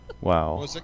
Wow